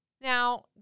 Now